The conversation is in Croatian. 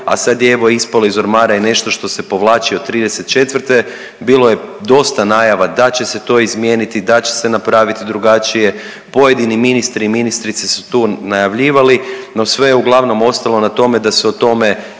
a sad je evo ispalo iz ormara i nešto što se povlači od '34.. Bilo je dosta najava da će se to izmijeniti, da će se napravit drugačije, pojedini ministri i ministrice su tu najavljivali, no sve je uglavnom ostalo na tome da se o tome